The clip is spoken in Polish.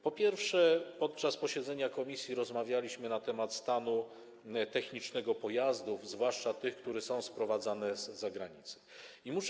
Po pierwsze, podczas posiedzenia komisji rozmawialiśmy na temat stanu technicznego pojazdów, zwłaszcza tych, które są sprowadzane z zagranicy.